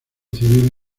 civil